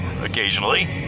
Occasionally